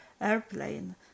airplane